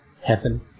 heaven